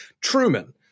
Truman